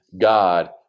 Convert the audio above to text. God